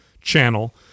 channel